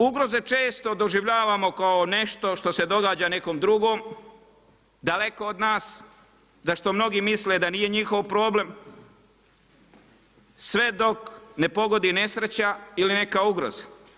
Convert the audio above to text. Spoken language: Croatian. Ugroze često doživljavamo kao nešto što se događa nekom drugom, daleko od nas, za što mnogi misle da nije njihov problem, sve dok ne pogodi nesreća ili neka ugroz.